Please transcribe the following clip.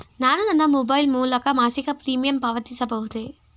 ನಾನು ನನ್ನ ಮೊಬೈಲ್ ಮೂಲಕ ಮಾಸಿಕ ಪ್ರೀಮಿಯಂ ಪಾವತಿಸಬಹುದೇ?